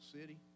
city